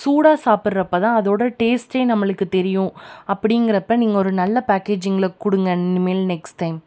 சூடாக சாப்புடறப்ப தான் அதோடய டேஸ்ட் நம்மளுக்கு தெரியும் அப்படிங்கிறப்ப நீங்கள் ஒரு நல்ல பேக்கேஜிங்கில் கொடுங்க இனி மேல் நெக்ஸ்ட் டைம்